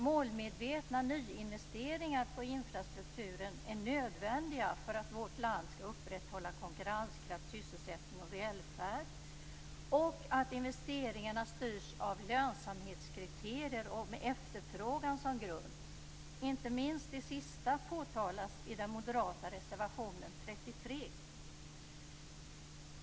Målmedvetna nyinvesteringar i infrastrukturen är nödvändiga för att vårt land skall upprätthålla konkurrenskraft, sysselsättning och välfärd. Det är också nödvändigt att investeringarna styrs av lönsamhetskriterier och med efterfrågan som grund. Inte minst det sista påtalas i den moderata reservationen 33.